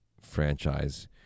franchise